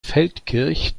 feldkirch